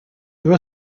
there